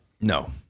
No